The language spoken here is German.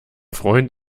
freund